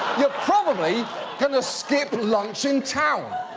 you're probably gonna skip lunch in town.